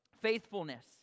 Faithfulness